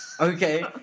Okay